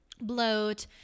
bloat